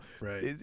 right